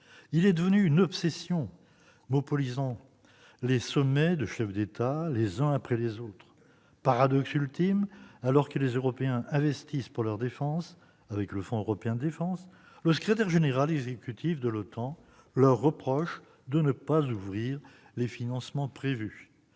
Il est devenu une obsession, monopolisant les discussions lors des sommets de chefs d'État, les uns après les autres. Paradoxe ultime, alors que les Européens investissent dans leur défense, avec le Fonds européen de la défense, le secrétaire général de l'OTAN leur reproche de ne pas ouvrir les financements prévus.